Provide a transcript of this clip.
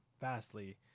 vastly